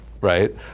right